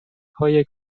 های